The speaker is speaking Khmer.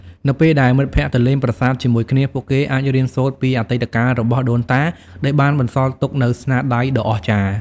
នៅពេលដែលមិត្តភក្តិទៅលេងប្រាសាទជាមួយគ្នា ពួកគេអាចរៀនសូត្រពីអតីតកាលរបស់ដូនតា ដែលបានបន្សល់ទុកនូវស្នាដៃដ៏អស្ចារ្យ។